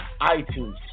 iTunes